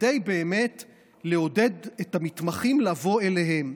כדי לעודד את המתמחים לבוא אליהם.